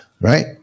right